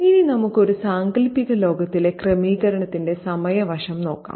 ഇനി നമുക്ക് ഒരു സാങ്കൽപ്പിക ലോകത്തിലെ ക്രമീകരണത്തിന്റെ സമയ വശം നോക്കാം